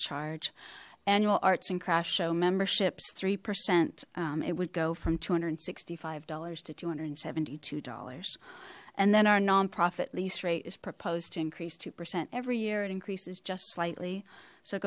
charge annual arts and crafts show memberships three percent it would go from two hundred and sixty five dollars to two hundred and seventy two dollars and then our nonprofit lease rate is proposed to increase two percent every year it increases just slightly so it